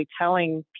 telling